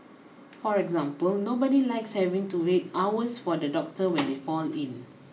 for example nobody likes having to wait hours for the doctor when they fall ill